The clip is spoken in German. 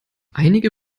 einige